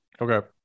Okay